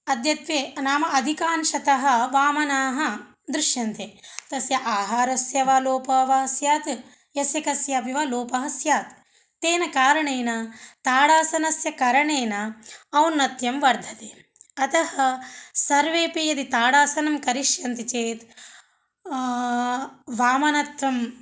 अद्यत्वे नाम अधिकांशतः वामनाः दृश्यन्ते तस्य आहारस्य वा लोपः वा स्यात् यस्य कस्यापि वा लोपः स्यात् तेन कारणेन ताडासनस्य करणेन औन्नत्यं वर्धते अतः सर्वेपि यदि ताडासनं करिष्यन्ति चेत् वामनत्वं